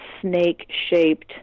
snake-shaped